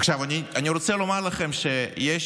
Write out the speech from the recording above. עכשיו, אני רוצה לומר לכם שיש